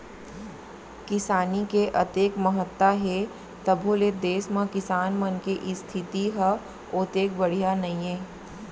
किसानी के अतेक महत्ता हे तभो ले देस म किसान मन के इस्थिति ह ओतेक बड़िहा नइये